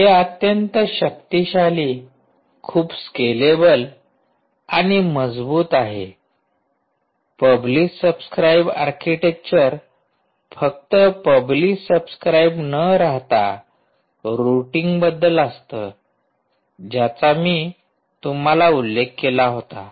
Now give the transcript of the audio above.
हे अत्यंत शक्तिशाली खूप स्केलेबल आणि मजबूत आहे पब्लिश सबस्क्राईब आर्किटेक्चर फक्त पब्लिश सबस्क्राईब न रहाता रुटींगबद्दल असतं ज्याचा मी तुम्हाला उल्लेख केला होता